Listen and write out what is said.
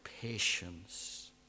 patience